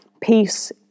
peace